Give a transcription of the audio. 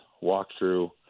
walk-through